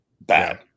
bad